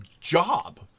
job